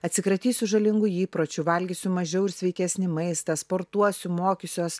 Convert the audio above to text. atsikratysiu žalingų įpročių valgysiu mažiau ir sveikesnį maistą sportuosiu mokysiuos